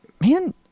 man